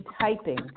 typing